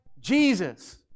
Jesus